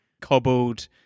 cobbled